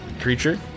creature